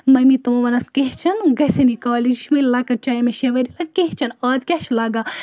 مٔمی تمو ووٚنُکھ کینٛہہ چھُنہٕ گٔژھِن یہِ کالج یہِ چھِ وٕنہ لَکٕٹۍ چاہے أمِس شیٚے ؤری لَگہٕ کینٛہہ چھُنہٕ آز کیاہ چھُ لَگان